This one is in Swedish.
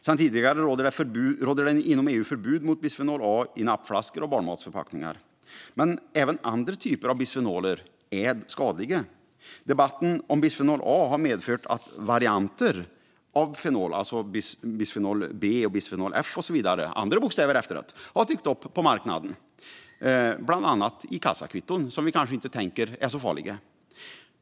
Sedan tidigare råder inom EU förbud mot bisfenol A i nappflaskor och barnmatsförpackningar. Även andra typer av bisfenoler är dock skadliga. Debatten om bisfenol A har medfört att varianter av fenol, såsom bisfenol B, bisfenol F och så vidare, har dykt upp på marknaden, bland annat i kassakvitton, som vi kanske inte tänker är så farliga.